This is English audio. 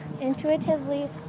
intuitively